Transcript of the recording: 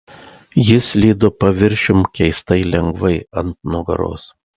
jis slydo paviršium keistai lengvai ant nugaros